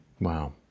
wow